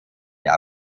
der